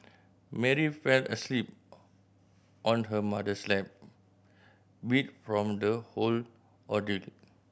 Mary fell asleep on her mother's lap beat from the whole ordeal